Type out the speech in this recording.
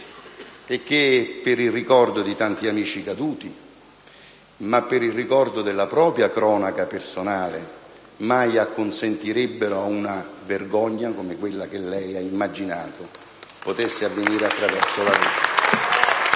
e che, per il ricordo di tanti amici caduti, ma per il ricordo della propria cronaca personale, mai acconsentirebbero a una vergogna come quella che lei ha immaginato potesse avvenire attraverso la legge.